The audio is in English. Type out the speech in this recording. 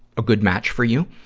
a good match for you.